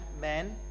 men